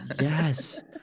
Yes